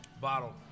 bottle